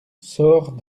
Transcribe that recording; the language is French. sort